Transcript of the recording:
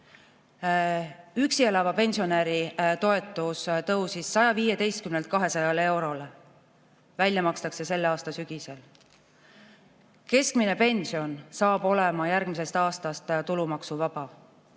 Üksi elava pensionäri toetus tõusis 115 eurolt 200 eurole. Välja makstakse see selle aasta sügisel. Keskmine pension saab olema järgmisest aastast tulumaksuvaba.